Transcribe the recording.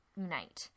unite